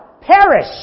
perish